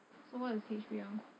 so what is H_B_L